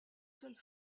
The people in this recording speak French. seule